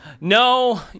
No